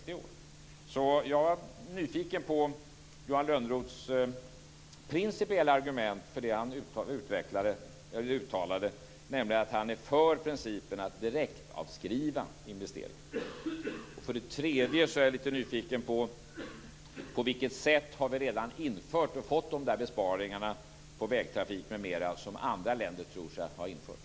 Jag är alltså nyfiken på Johan Lönnroths principiella argument för det som han uttalade, nämligen att han är för principen att direktavskriva investeringar. Jag är också nyfiken på på vilket sätt vi redan har infört och fått de där besparingarna på vägtrafik m.m. som andra länder tror sig ha infört.